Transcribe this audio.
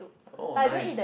oh nice